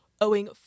owing